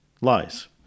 lies